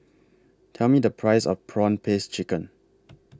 Tell Me The Price of Prawn Paste Chicken